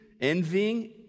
envying